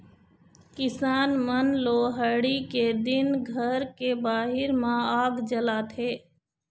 किसान मन लोहड़ी के दिन घर के बाहिर म आग जलाथे